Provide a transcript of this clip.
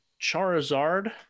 charizard